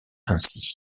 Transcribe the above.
ainsi